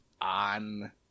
on